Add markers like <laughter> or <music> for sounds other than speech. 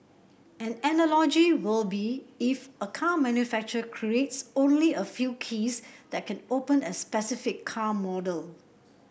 an analogy will be if a car manufacture <unintelligible> only a few keys that can open a specific car model